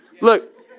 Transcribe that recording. Look